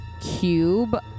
cube